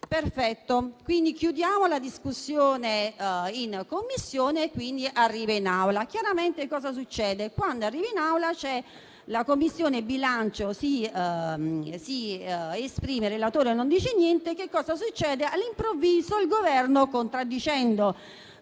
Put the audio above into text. Perfetto. Quindi chiudiamo la discussione in Commissione e il provvedimento arriva in Aula. Chiaramente cosa succede? Quando arriva in Aula la Commissione bilancio si esprime e il relatore non dice niente. All'improvviso il Governo, contraddicendosi